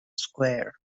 square